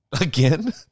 Again